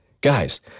Guys